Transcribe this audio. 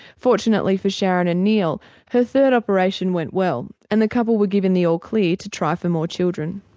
fortunately for sharon and neil her third operation went well and the couple were given the all clear to try for more children.